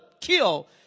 kill